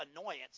annoyance